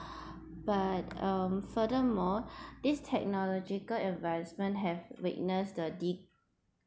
but um furthermore this technological advancement has witnessed the deep